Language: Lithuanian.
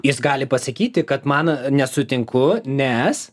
jis gali pasakyti kad man nesutinku nes